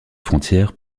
frontières